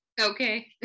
Okay